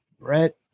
Brett